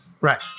Right